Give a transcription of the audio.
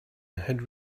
had